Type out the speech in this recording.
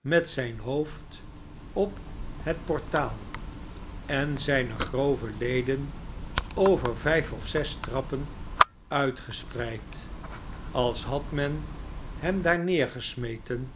met zijn hoofd op het portaal en zijne grove leden over vijf of zes trappen uitgespreid als had men hem daar neergesmeten